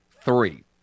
three